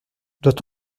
doit